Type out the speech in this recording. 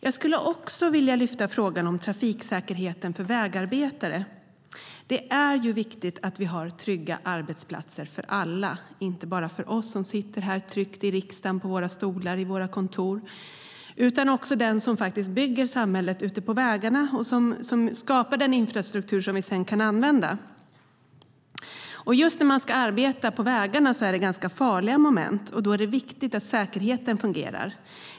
Jag skulle också vilja lyfta frågan om trafiksäkerheten för vägarbetare. Det är viktigt att vi har trygga arbetsplatser för alla, inte bara för oss som sitter tryggt i riksdagen på våra stolar, i våra kontor, utan också för den som faktiskt bygger samhället ute på vägarna och som skapar den infrastruktur som vi sedan kan använda. Just när man ska arbeta på vägarna är det ganska farliga moment. Då är det viktigt att säkerheten fungerar.